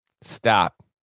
stop